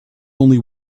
only